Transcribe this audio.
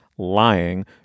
lying